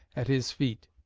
at his feet.